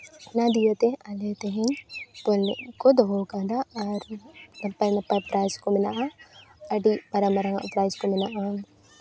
ᱚᱱᱟ ᱫᱤᱭᱮ ᱛᱮ ᱟᱞᱮ ᱛᱮᱦᱤᱧ ᱵᱚᱞ ᱮᱱᱮᱡ ᱠᱚ ᱫᱚᱦᱚ ᱟᱠᱟᱫᱟ ᱟᱨ ᱱᱟᱯᱟᱭ ᱱᱟᱯᱟᱭ ᱯᱨᱟᱭᱤᱡᱽ ᱠᱚ ᱢᱮᱱᱟᱜᱼᱟ ᱟᱹᱰᱤ ᱢᱟᱨᱟᱝ ᱢᱟᱨᱟᱝ ᱟᱜ ᱯᱨᱟᱭᱤᱡᱽ ᱠᱚ ᱢᱮᱱᱟᱜᱼᱟ